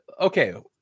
Okay